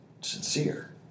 sincere